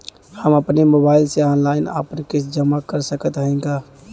हम अपने मोबाइल से ऑनलाइन आपन किस्त जमा कर सकत हई का?